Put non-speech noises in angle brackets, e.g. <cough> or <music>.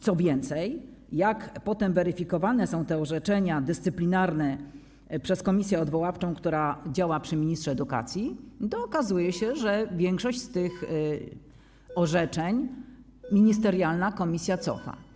Co więcej, jak potem weryfikowane są te orzeczenia dyscyplinarne przez komisję odwoławczą, która działa przy ministrze edukacji, to okazuje się, że większość <noise> z tych orzeczeń ministerialna komisja cofa.